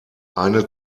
eine